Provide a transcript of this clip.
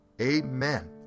Amen